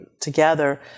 together